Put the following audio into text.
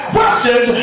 questions